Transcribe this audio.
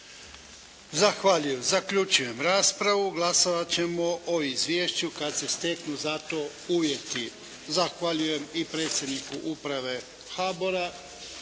Zahvaljujem. Zaključujem raspravu. Glasovati ćemo o izvješću kada se steknu za to uvjeti. Zahvaljujem i predsjedniku uprave HBOR-a.